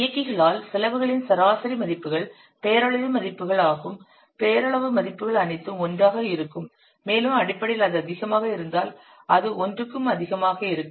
இயக்கிகளால் செலவுகளின் சராசரி மதிப்புகள் பெயரளவு மதிப்புகள் ஆகும் பெயரளவு மதிப்புகள் அனைத்தும் ஒன்றாக இருக்கும் மேலும் அடிப்படையில் அது அதிகமாக இருந்தால் அது 1 க்கும் அதிகமாக இருக்கும்